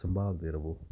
ਸੰਭਾਲਦੇ ਰਹੋ